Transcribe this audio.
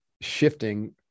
shifting